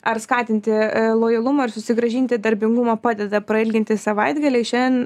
ar skatinti lojalumą ir susigrąžinti darbingumą padeda prailginti savaitgaliai šiandien